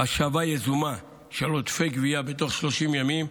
השבה יזומה של עודפי גבייה בתוך 30 ימים.